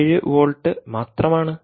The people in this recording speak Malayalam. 7 വോൾട്ട് മാത്രമാണ്